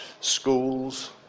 schools